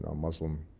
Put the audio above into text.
ah muslim